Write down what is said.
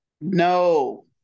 No